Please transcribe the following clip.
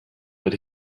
but